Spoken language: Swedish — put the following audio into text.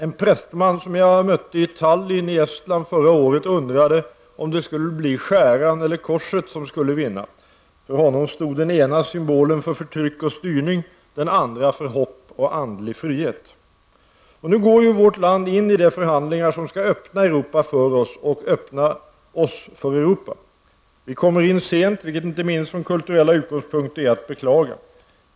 En prästman som jag mötte i Tallin i Estland förra året undrade om det skulle bli skäran eller korset som skulle vinna. För honom stod den ena symbolen för förtryck och styrning, den andra för hopp och andlig frihet. Nu går vårt land in i de förhandlingar som skall öppna Europa för oss och öppna oss för Europa. Vi kommer in sent, vilket inte minst från kulturella utgångspunkter är att beklaga.